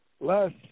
less